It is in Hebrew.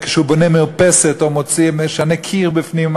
כשהוא בונה מרפסת או משנה קיר בפנים,